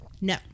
No